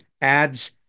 adds